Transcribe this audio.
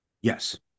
yes